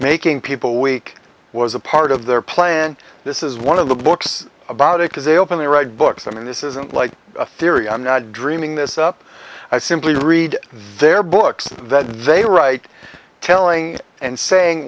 making people weak was a part of their plan this is one of the books about it because they open the right books i mean this isn't like a theory i'm not dreaming this up i simply read their books that they write telling and saying